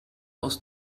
aus